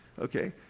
Okay